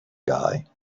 guy